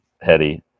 Hetty